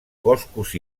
boscos